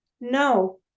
no